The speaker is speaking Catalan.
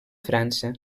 frança